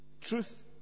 truth